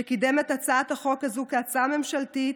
שקידם את הצעת החוק הזו כהצעה ממשלתית,